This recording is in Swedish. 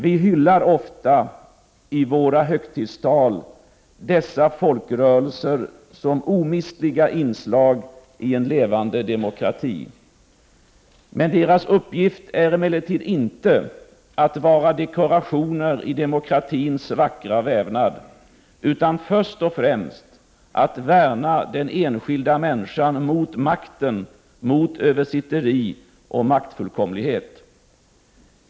Vi hyllar ofta i våra högtidstal dessa folkrörelser som omistliga inslag i en levande demokrati. Deras uppgift är emellertid inte att vara dekorationer i demokratins vackra vävnad, utan först och främst att värna den enskilda människan mot makten, mot översitteri och maktfullkomlighet.